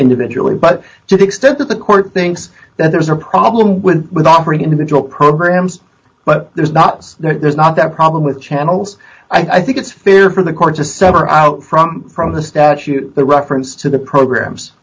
individually but to the extent that the court thinks that there's a problem with offering individual programs but there's not there's not that problem with channels i think it's fair for the court to sever out from from the statute the reference to the programs